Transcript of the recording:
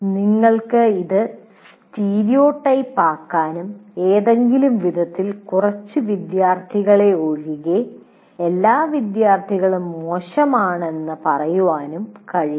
നിങ്ങൾക്ക് ഇത് സ്റ്റീരിയോടൈപ്പ് ആക്കാനും ഏതെങ്കിലും വിധത്തിൽ കുറച്ച് വിദ്യാർത്ഥികളെ ഒഴികെ എല്ലാ വിദ്യാർത്ഥികളും മോശമാണെന്ന് പറയാനും കഴിയില്ല